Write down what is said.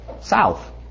south